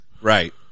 Right